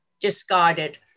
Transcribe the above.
discarded